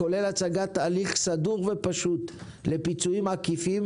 כולל הצגת הליך סדור ופשוט לפיצויים עקיפים